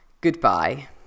goodbye